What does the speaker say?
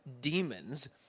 demons